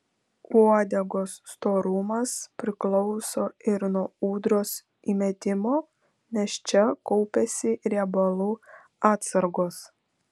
uodegos storumas priklauso ir nuo ūdros įmitimo nes čia kaupiasi riebalų atsargos